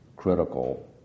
critical